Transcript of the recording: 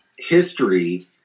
history